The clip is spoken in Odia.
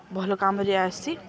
ଭଲ କାମରେ ଆସେ